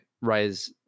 rise